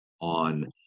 on